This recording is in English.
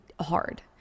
hard